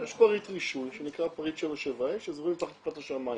יש פריט רישוי שנקרא פריט 77 ה' - שזה אירועים תחת כיפת השמיים.